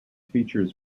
features